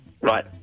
Right